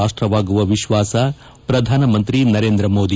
ರಾಷ್ಟವಾಗುವ ವಿಶ್ವಾಸ ಪ್ರಧಾನಮಂತ್ರಿ ನರೇಂದ್ರ ಮೋದಿ